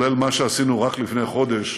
כולל מה שעשינו רק לפני חודש